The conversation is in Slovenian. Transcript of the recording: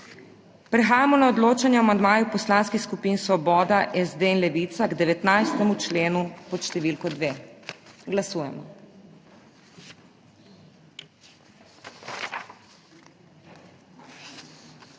Prehajamo na odločanje o amandmaju Poslanskih skupin Svoboda, SD in Levica k 26. členu pod številko 2. Glasujemo.